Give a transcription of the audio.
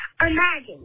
Imagine